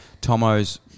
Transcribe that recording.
Tomo's